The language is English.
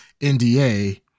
NDA